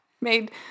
made